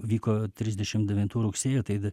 vyko trisdešim devintų rugsėjį tai